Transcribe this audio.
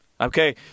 Okay